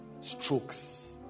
Strokes